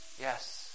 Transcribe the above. Yes